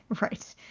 Right